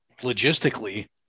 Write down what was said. logistically